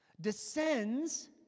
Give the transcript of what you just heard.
descends